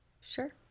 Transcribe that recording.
sure